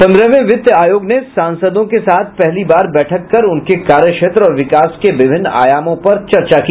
पंद्रहवें वित्त आयोग ने सांसदों के साथ पहली बार बैठक कर उनके कार्यक्षेत्र और विकास के विभिन्न आयामों पर चर्चा की